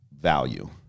value